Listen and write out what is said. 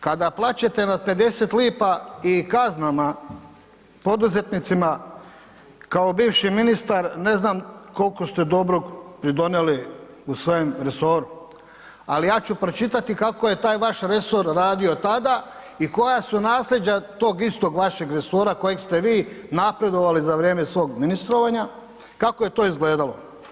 Kada plačete nad 50 lipa i kaznama poduzetnicima kao bivši ministar ne znam koliko ste dobrog pridonijeli u svojem resoru, ali ja ću pročitati kako je taj vaš resor radio tada i koja su nasljeđa tog istog vašeg resora kojeg ste vi napredovali za vrijeme svog ministrovanja, kako je to izgledalo.